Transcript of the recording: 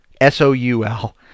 S-O-U-L